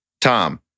tom